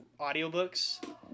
audiobooks